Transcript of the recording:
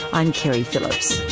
i'm keri phillips.